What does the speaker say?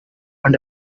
and